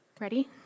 ready